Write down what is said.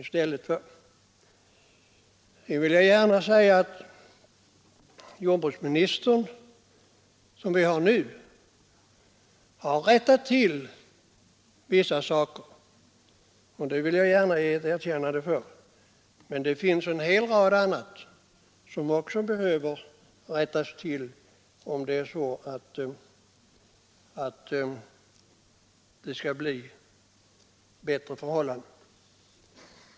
Jag skall gärna erkänna att den nuvarande jordbruksministern har rättat till vissa felaktigheter, men det återstår en hel rad saker som behöver rättas till, om det skall bli bättre förhållanden.